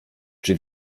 czy